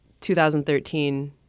2013